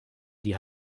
die